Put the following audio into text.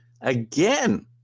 again